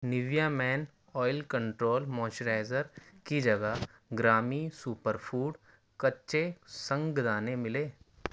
Nivea men oil control moisturiser کی جگہ گرامی سوپر فوڈ کچے سنگ دانے ملے